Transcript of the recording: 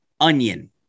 Onion